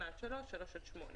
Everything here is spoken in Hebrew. שנה עד שלוש ושלוש עד שמונה.